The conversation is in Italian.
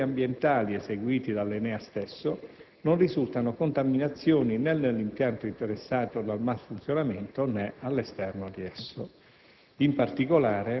nonché da controlli ambientali eseguiti dall'ENEA stesso, non risultano contaminazioni né nell'impianto interessato dal malfunzionamento, né all'esterno di esso.